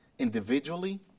Individually